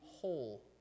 whole